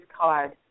card